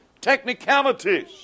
technicalities